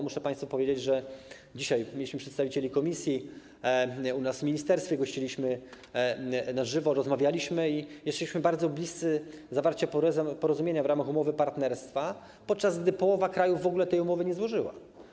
Muszę państwu powiedzieć, że dzisiaj mieliśmy przedstawicieli Komisji u nas w ministerstwie, gościliśmy ich, rozmawialiśmy na żywo i jesteśmy bardzo bliscy zawarcia porozumienia w ramach umowy partnerstwa, podczas gdy połowa krajów w ogóle tej umowy nie złożyła.